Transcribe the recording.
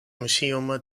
museum